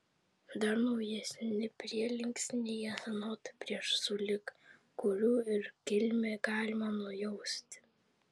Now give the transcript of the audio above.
dar naujesni prielinksniai anot prieš sulig kurių ir kilmę galima nujausti